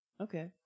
okay